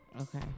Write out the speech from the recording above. Okay